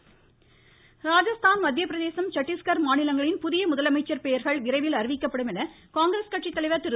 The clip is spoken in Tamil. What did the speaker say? ராகுல் காந்தி ராஜஸ்தான் மத்திய பிரதேசம் சட்டீஸ்கட் மாநிலங்களின் புதிய முதலமைச்சர் பெயர்கள் விரைவில் அறிவிக்கப்படும் என்று காங்கிரஸ் கட்சித் தலைவர் திரு